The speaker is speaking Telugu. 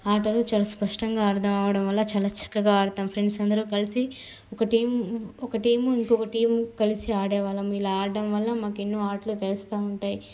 ఆటలు చాలా స్పష్టంగా అర్దమవడం వల్ల చాలా చక్కగా ఆడతాం ఫ్రెండ్స్ అందరు కలిసి ఒక టీం ఒక టీం ఇంకొక టీం కలిసి ఆడేవాళ్ళం ఇలా ఆడడం వల్ల మాకు ఎన్నో ఆటలు తెలుస్తు ఉంటాయి